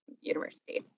University